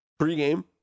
pregame